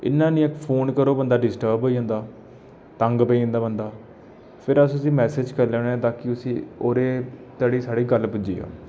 इयां नेईं तां फोन करो बंदा डिस्टर्ब होई जंदा तंग पेई जंदा बंदा फिर अस उसी मैसेज करने होने ताकि उस्सी ओह्दे धोड़ी साढ़ी गल्ल पुज्जी जा